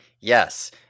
Yes